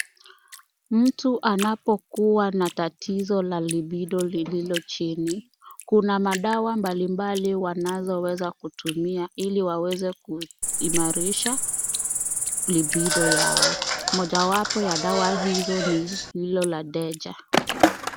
Mtu anapokuwa na tatizo la libido lililo chini. Kuna madawa mbalimbali wanazoweza kutumia ili waweze kuimarisha libido yao. Mojawapo ya dawa hizo ni hilo la deja.